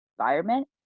environment